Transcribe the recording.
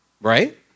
Right